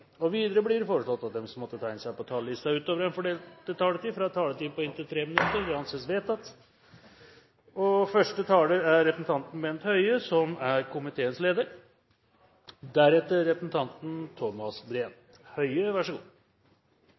taletiden. Videre blir det foreslått at de som måtte tegne seg på talerlisten utover den fordelte taletid, får en taletid på inntil 3 minutter. – Det anses vedtatt. Først og fremst er jeg i dag stolt av å være fremskrittspartipolitiker. Jeg er